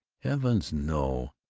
heavens, no!